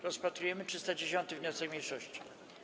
Rozpatrujemy 310. wniosek mniejszości.